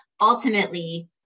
ultimately